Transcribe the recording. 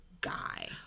guy